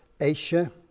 Asia